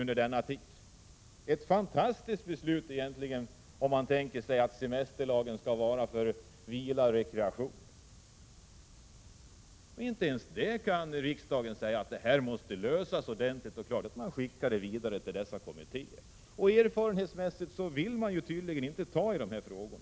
Det är ett fantastiskt beslut, om man betänker att semestern är till för vila och rekreation. Inte ens i den frågan kan riksdagen bestämma, utan den måste skickas till kommittéer. Erfarenhetsmässigt vet vi att man tydligen inte vill ta tag i dessa frågor.